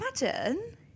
Imagine